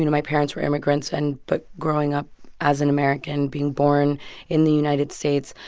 you know my parents were immigrants. and but growing up as an american, being born in the united states,